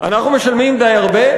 אנחנו משלמים די הרבה.